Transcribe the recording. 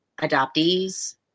adoptees